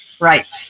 Right